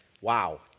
Wow